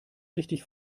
richtig